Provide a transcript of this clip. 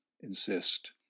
insist